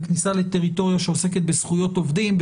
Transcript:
זאת כניסה לטריטוריה שעוסקת בזכויות עובדים,